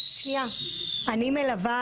אני מלווה